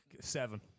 seven